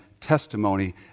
testimony